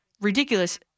ridiculous—